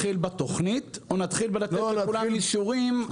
אבל נתחיל בתוכנית או שנתחיל בלתת לכולם אישורים?